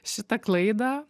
šitą klaidą